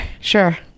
Sure